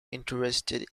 interested